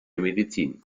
medizin